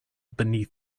beneath